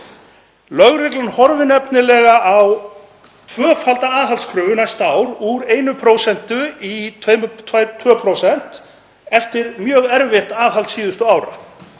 Lögreglan horfir nefnilega á tvöfalda aðhaldskröfu næsta ár, úr 1% í 2%, eftir mjög erfitt aðhald síðustu ára.